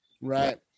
Right